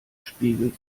spiegelt